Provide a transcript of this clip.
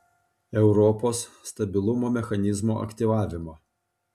europos stabilumo mechanizmo aktyvavimo